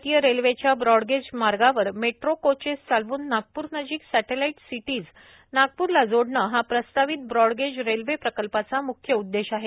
भारतीय रेल्वेच्या ब्रॉडगेज मार्गावर मेट्रो कोचेस चालवून नागपूर नजीक सॅटेलाइट सिटीज नागपूरला जोडणे हा प्रस्तावित ब्रॉडगेज रेल्वे प्रकल्पाचा म्ख्य उद्देश आहे